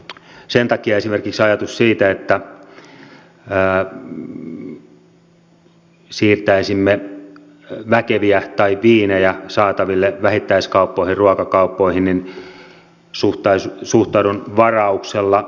sen takia esimerkiksi ajatukseen siitä että siirtäisimme väkeviä tai viinejä saataville vähittäiskauppoihin ruokakauppoihin suhtaudun varauksella